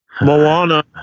Moana